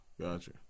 gotcha